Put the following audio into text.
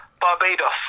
Barbados